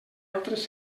altres